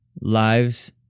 lives